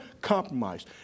compromised